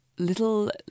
little